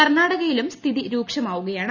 കർണാടകയിലും സ്ഥിതി രൂക്ഷമാവുകയാണ്